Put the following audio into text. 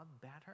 better